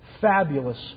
Fabulous